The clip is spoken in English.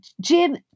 Jim